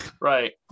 Right